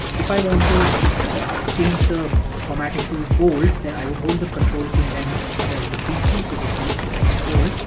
if i want to change the formatting to bold, then i would hold the control key and then press the b key so this makes the text bold.